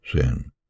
sin